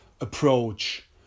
approach